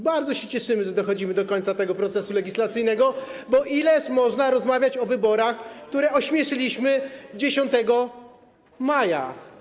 Bardzo się cieszymy, że dochodzimy do końca tego procesu legislacyjnego, bo ileż można rozmawiać o wyborach, które ośmieszyliśmy 10 maja.